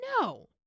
no